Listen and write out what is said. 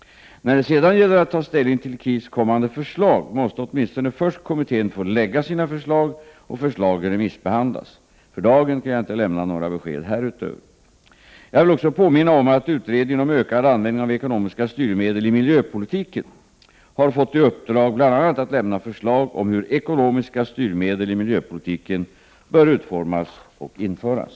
När det sedan gäller att ta ställning till KIS kommande förslag, måste kommittén åtminstone först få lägga fram sina förslag och förslagen remissbehandlas. För dagen kan jag inte lämna några besked härutöver. Jag vill också påminna om att utredningen om ökad användning av ekonomiska styrmedel i miljöpolitiken har fått i uppdrag bl.a. att lämna förslag om hur ekonomiska styrmedel i miljöpolitiken bör utformas och införas.